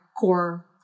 core